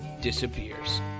disappears